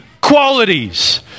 qualities